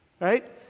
Right